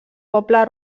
poble